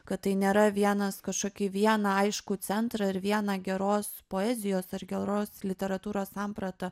kad tai nėra vienas kažkokį vieną aiškų centrą ir vieną geros poezijos ar geros literatūros sampratą